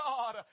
God